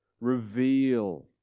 Reveal